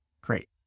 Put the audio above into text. Great